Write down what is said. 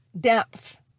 depth